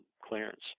clearance